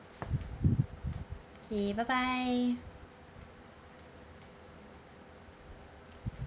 K bye bye